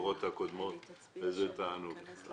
וזה תענוג.